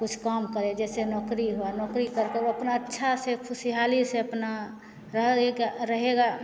कुछ काम करे जैसे नौकरी हुई नौकरी करके अपना अच्छे से खुशहाली से अपना रह एक रहेगा